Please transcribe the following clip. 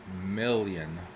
million